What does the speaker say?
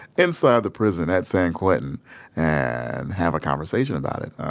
inside the prison at san quentin and have a conversation about it